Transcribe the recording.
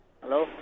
Hello